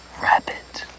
rabbit